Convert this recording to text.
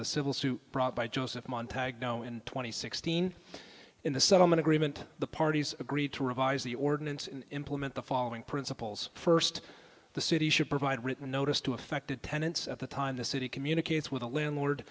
the civil suit brought by joseph mon tag no in two thousand and sixteen in the settlement agreement the parties agreed to revise the ordinance implement the following principles first the city should provide written notice to affected tenants at the time the city communicates with a landlord